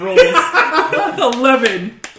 Eleven